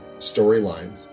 storylines